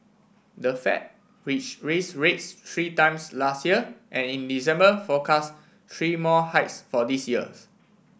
the Fed which raised rates three times last year and in December forecast three more hikes for this years